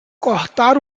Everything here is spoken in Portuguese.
cortar